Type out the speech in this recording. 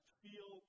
feel